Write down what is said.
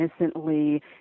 innocently